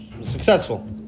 successful